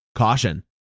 Caution